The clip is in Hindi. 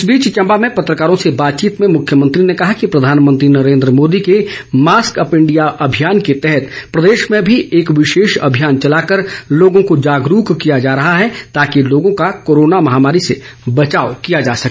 इस बीच चंबा में पत्रकारों से बातचीत में मुख्यमंत्री ने कहा कि प्रधानमंत्री नरेन्द्र मोदी के मास्क अप इंडिया अभियान के तहत प्रदेश में भी एक विशेष अभियान चलाकर लोगों को जागरूक किया जा रहा है ताकि लोगों का कोरोना महामारी से बचाव किया जा सके